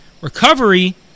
Recovery